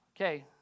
okay